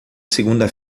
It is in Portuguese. segunda